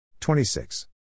26